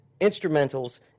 instrumentals